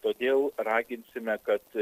todėl raginsime kad